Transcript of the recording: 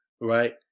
right